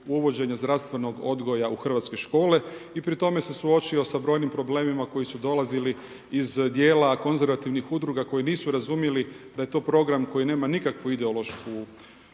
uvođenje zdravstvenog odgoja u hrvatske škole i pri tome se suočio sa brojnim problemima koji su dolazili iz dijela konzervativnih udruga koji nisu razumjeli da je to program koji nema nikakvu ideološku